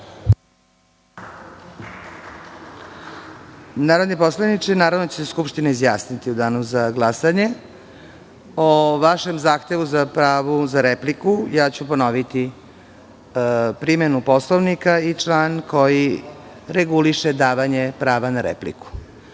Narodni poslaniče, naravno da će se Skupština izjasniti u Danu za glasanje o vašem zahtevu za pravo na repliku. Ponoviću primenu Poslovnika i član koji reguliše davanje prava na repliku: